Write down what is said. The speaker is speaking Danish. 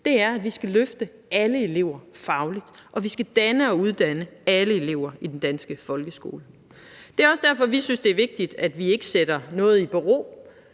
For vi skal løfte alle elever fagligt, og vi skal danne og uddanne alle elever i den danske folkeskole. Det er også derfor, vi synes, det er vigtigt, at vi ikke sætter noget i bero,